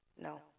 no